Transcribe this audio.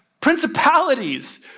principalities